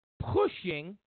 pushing